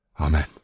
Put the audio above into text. Amen